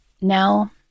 Now